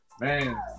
Man